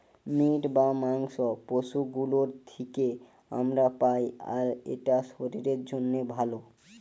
meet বা মাংস পশু গুলোর থিকে আমরা পাই আর এটা শরীরের জন্যে ভালো